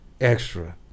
extra